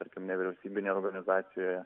tarkim nevyriausybinėje organizacijoje